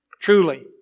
Truly